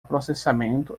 processamento